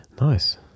Nice